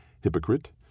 hypocrite